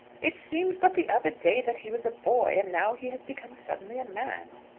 it seems but the other day that he was a boy, and now he has become suddenly a man.